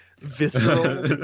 visceral